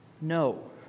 No